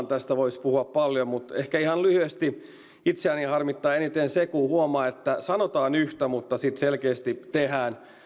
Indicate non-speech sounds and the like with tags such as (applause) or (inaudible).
(unintelligible) tästä voisi puhua paljon mutta ehkä ihan lyhyesti itseäni harmittaa eniten se kun huomaa että sanotaan yhtä mutta sitten selkeästi tehdään